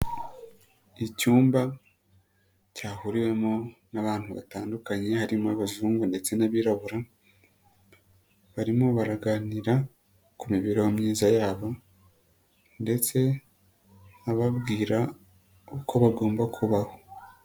Icyumba cyahuriwemo n'abantu batandukanye harimo abazungu ndetse n'abirabura, barimo baraganira ku mibereho myiza yabo ndetse bababwira uko bagomba kubaho.